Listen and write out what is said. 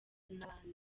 n’abandi